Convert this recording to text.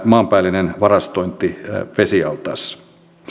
maanpäällinen varastointi vesialtaassa